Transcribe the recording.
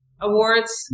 awards